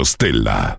Stella